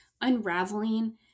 unraveling